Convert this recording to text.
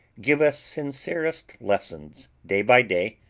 give us sincerest lessons, day by day,